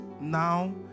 now